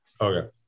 Okay